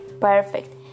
perfect